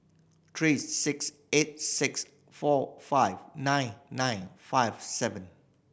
three six eight six four five nine nine five seven